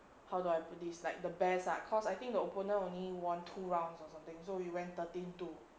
how do I put this like the best lah cause I think the opponent only won two rounds or something so we went thirteen two